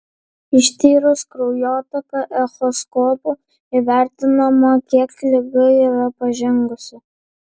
ištyrus kraujotaką echoskopu įvertinama kiek liga yra pažengusi